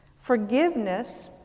Forgiveness